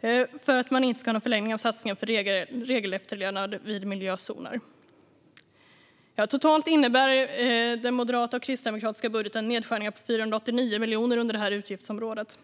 eftersom man inte ska ha någon förlängning av satsningen på regelefterlevnad vid miljözoner. Totalt innebär den moderata och kristdemokratiska budgeten nedskärningar på 489 miljoner under det här utgiftsområdet.